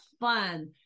fun